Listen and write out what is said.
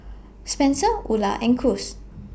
Spenser Ula and Cruz